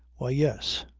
why yes.